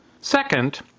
Second